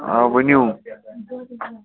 آ ؤنِو